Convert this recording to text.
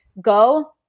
go –